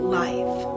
life